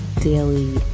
daily